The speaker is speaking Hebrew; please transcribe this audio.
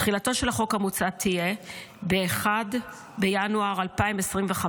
תחילתו של החוק המוצע תהיה ב-1 בינואר 2025,